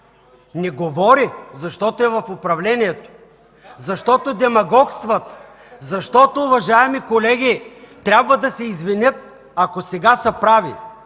Не говори! Защото е в управлението, защото демагогстват, защото, уважаеми колеги, трябва да се извинят, ако сега са прави.